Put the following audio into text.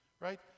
Right